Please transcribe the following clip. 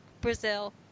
Brazil